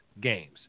games